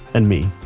and me,